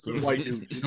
white